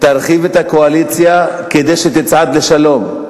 תרחיב את הקואליציה, כדי שתצעד לשלום.